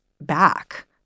back